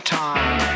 time